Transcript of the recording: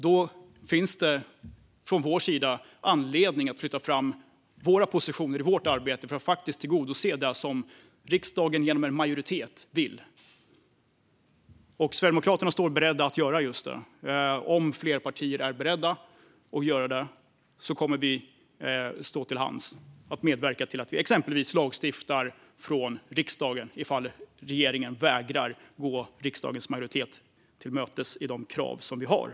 Då finns det anledning för oss att flytta fram våra positioner i vårt arbete för att faktiskt tillgodose det som en majoritet i riksdagen vill. Sverigedemokraterna står beredda att göra just det. Om fler partier är beredda att göra det kommer vi att stå till hands för att medverka till att exempelvis lagstifta från riksdagen, ifall regeringen vägrar att gå riksdagens majoritet till mötes i de krav som vi har.